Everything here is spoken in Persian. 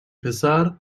پسر